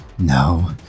No